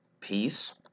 peace